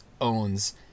Owns